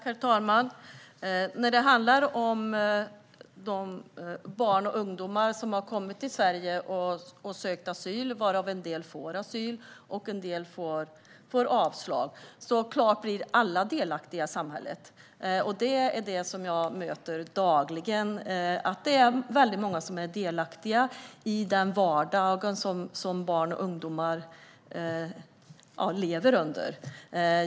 Herr talman! När det gäller de barn som kommer till Sverige och söker asyl, där en del får asyl och andra får avslag, blir såklart alla i samhället delaktiga. Jag möter dagligen människor som är delaktiga i den vardag som dessa barn och ungdomar lever i.